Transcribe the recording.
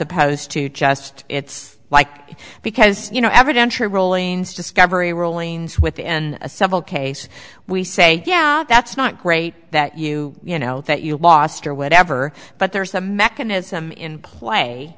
opposed to just it's like because you know every denture rowling's discovery rowlings within a civil case we say yeah that's not great that you you know that you lost or whatever but there's a mechanism in play